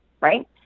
right